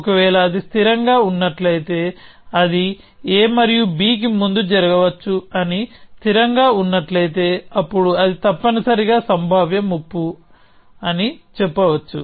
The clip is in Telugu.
ఒకవేళ అది స్థిరంగా ఉన్నట్లయితే అది a మరియు b కి ముందు జరగవచ్చు అని స్థిరంగా ఉన్నట్లయితే అప్పుడు అది తప్పనిసరిగా సంభావ్య ముప్పు అని చెప్పవచ్చు